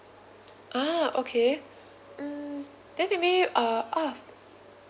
ah okay mm then maybe uh out of